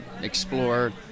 explore